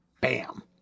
Bam